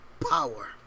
Power